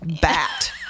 bat